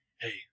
hey